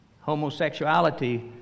Homosexuality